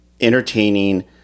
entertaining